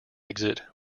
exit